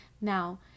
now